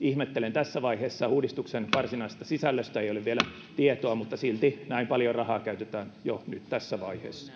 ihmettelen tässä vaiheessa uudistuksen varsinaisesta sisällöstä ei ole vielä tietoa mutta silti näin paljon rahaa käytetään nyt jo tässä vaiheessa